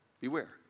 beware